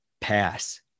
pass